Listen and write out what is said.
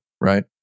right